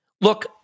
Look